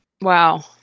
wow